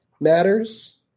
matters